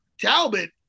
Talbot